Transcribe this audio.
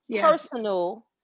personal